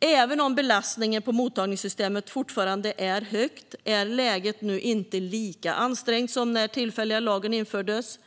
Även om belastningen på mottagningssystemet fortfarande är hög är läget nu inte lika ansträngt som när den tillfälliga lagen infördes.